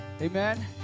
Amen